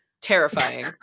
terrifying